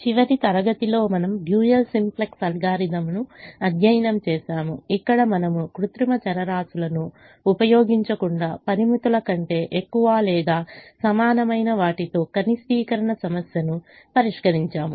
చివరి తరగతిలో మనము డ్యూయల్ సింప్లెక్స్ అల్గోరిథంను అధ్యయనం చేసాము ఇక్కడ మనము కృత్రిమ చరరాశులను ఉపయోగించకుండా పరిమితుల కంటే ఎక్కువ లేదా సమానమైన వాటితో కనిష్టీకరణ సమస్యను పరిష్కరించాము